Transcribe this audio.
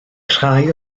rhai